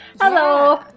Hello